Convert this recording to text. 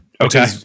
Okay